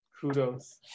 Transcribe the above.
kudos